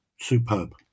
Superb